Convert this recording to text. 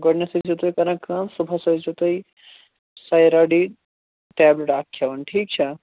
گۄڈٕنیٚتھ ٲزیٚو تُہی کَران کٲم صُبحص ٲزیٚو تُہی سَیرا ڈی ٹیبلِٹ اَکھ کھیٚوان ٹھیٖک چھا